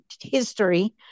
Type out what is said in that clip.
history